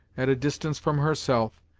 at a distance from herself,